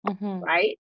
right